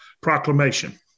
proclamation